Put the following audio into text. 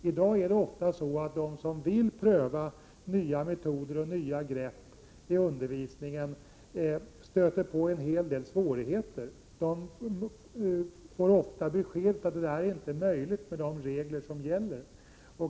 I dag är det ofta så, att de som vill pröva nya metoder och nya grepp i undervisningen stöter på en hel del svårigheter. De får ofta beskedet att detta inte är möjligt med de regler som gäller.